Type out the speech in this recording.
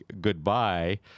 goodbye